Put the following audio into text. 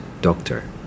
doctor